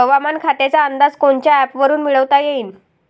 हवामान खात्याचा अंदाज कोनच्या ॲपवरुन मिळवता येईन?